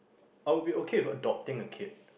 I'll be okay with adopting a kid